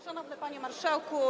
Szanowny Panie Marszałku!